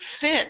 fit